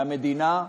מהמדינה.